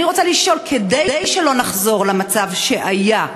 אני רוצה לשאול: כדי שלא נחזור למצב שהיה,